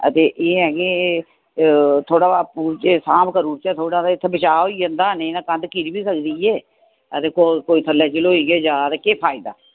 अदें एह् ऐ कि थोह्ड़ा आपुूं चै गै सांभ करुचै ते थोह्ड़ा बचा होई जंदा नेईं तां कंध किरी बी सकदी ऐ अदे कोई कोई थल्लै जलोई गै जा ते केह् फायदा